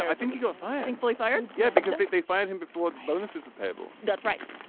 i think he got fire, thankfully fired. yeah. because they fired him before the bonuses of people. that's right.